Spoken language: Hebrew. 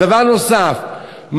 דבר נוסף,